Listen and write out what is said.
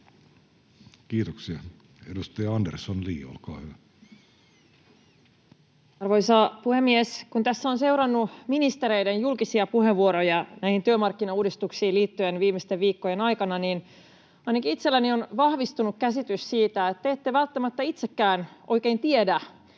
Kiitoksia. — Edustaja Andersson, Li, olkaa hyvä. Arvoisa puhemies! Kun tässä on seurannut ministereiden julkisia puheenvuoroja näihin työmarkkinauudistuksiin liittyen viimeisten viikkojen aikana, niin ainakin itselläni on vahvistunut käsitys, että te ette välttämättä itsekään oikein tiedä,